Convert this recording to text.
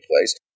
place